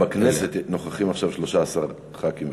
בכל הכנסת נוכחים עכשיו 13 ח"כים,